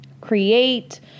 create